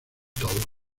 todos